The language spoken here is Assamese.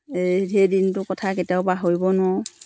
এই সেই দিনটোৰ কথা কেতিয়াও পাহৰিব নোৱাৰোঁ